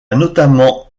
notamment